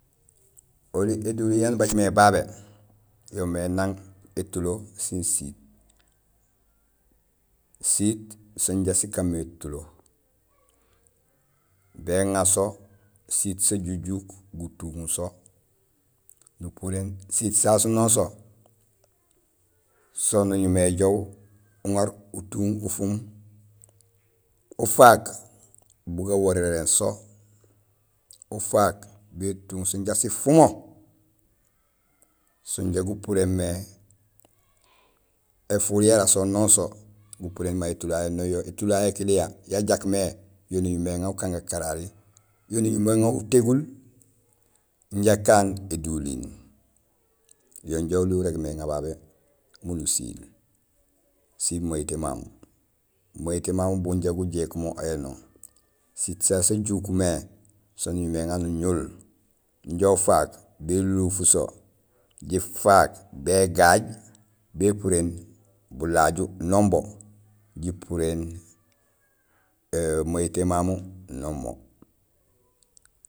Oli éduliin yaan ubaaj mé babé yoomé nang étulo, sin siit. Siit so inja sikaan mé étulo, béŋa so; siit sajujuk, gutuŋ so, gupuréén siit sasu non so, so nuñumé éjoow uŋar utuŋ ufum ufaak bugawaréréén so, ufaaak bétuŋ so jaraam sifumo so inja gupuréén mé éfuul yara so non so, gupuréén may étulo yayu noon. Étulo yayu ékiliya ya jak yo nuñumé éŋa ukaan gakarari, yo nuŋumé éŋa utégul inja kaan éduliin yo oli inja urégmé éŋa babé miin usiil sin mayite mamu. Mayite mamu bu inja gujéék mo éno, siit sasu sa juuk mé so nuñumé éŋar nuñul injo ufaak béluuf so jifaak bégay bépuréén bulaju non bo jipuréén mahitee mamu non mo.